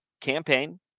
campaign